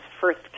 First